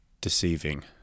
deceiving